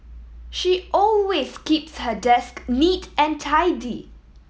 she always keeps her desk neat and tidy